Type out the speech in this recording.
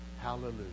hallelujah